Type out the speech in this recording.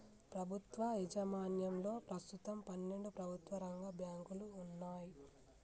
ప్రభుత్వ యాజమాన్యంలో ప్రస్తుతం పన్నెండు ప్రభుత్వ రంగ బ్యాంకులు వున్నయ్